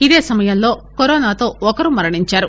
ఇదే సమయంలో కరోనాతో ఒకరు మరణించారు